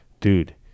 dude